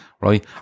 right